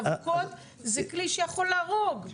אבוקות זה כלי שיוכל להרוג.